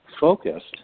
focused